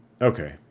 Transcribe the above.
Okay